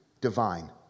divine